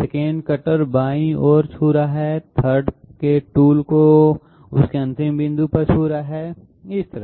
2nd cutter बाईं ओर छू रहा है 3rd के टूल को टूल को उसके अंतिम बिंदु पर छू रहा है इस तरह